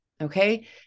Okay